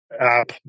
app